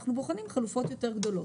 אנחנו בוחנים חלופות יותר גדולות.